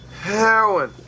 Heroin